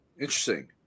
interesting